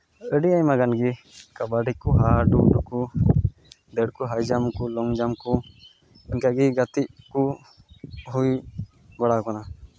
ᱟᱹᱰᱤ ᱟᱭᱢᱟ ᱜᱟᱱ ᱜᱮ ᱠᱟᱵᱟᱰᱤ ᱠᱚ ᱦᱟᱼᱰᱩᱰᱩ ᱠᱚ ᱫᱟᱹᱲ ᱠᱚ ᱦᱟᱭ ᱡᱟᱢᱯ ᱠᱚ ᱞᱚᱝ ᱡᱟᱢᱯ ᱠᱚ ᱚᱱᱠᱟ ᱜᱮ ᱜᱟᱛᱮ ᱠᱚ ᱦᱩᱭ ᱵᱟᱲᱟᱣ ᱠᱟᱱᱟ